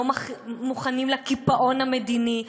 לא מוכנים לקיפאון המדיני,